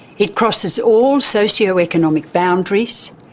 it crosses all socio-economic boundaries.